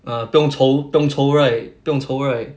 ah 不用愁不用愁 right 不用愁 right